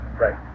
right